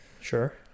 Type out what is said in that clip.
sure